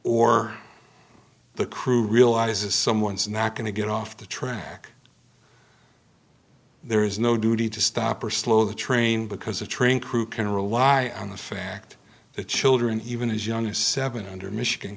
or the crew realizes someone's not going to get off the track there is no duty to stop or slow the train because a train crew can rely on the fact that children even as young as seven under michigan